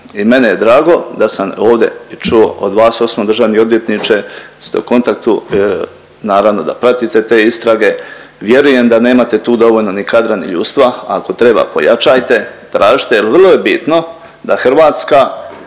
i meni je drago da sam ovdje čuo od vas osobno državni odvjetniče da ste u kontaktu, naravno da pratite te istrage. Vjerujem da nemate tu dovoljno ni kadra ni ljudstva, ako treba pojačajte, tražite jel vrlo je bitno da Hrvatska